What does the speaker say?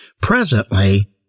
Presently